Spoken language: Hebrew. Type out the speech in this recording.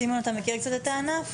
סימון, אתה מכיר קצת את הענף?